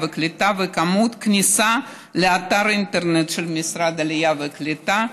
והקליטה והכניסות לאתר האינטרנט של משרד העלייה והקליטה.